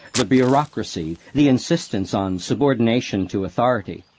the bureaucracy, the insistence on subordination to authority.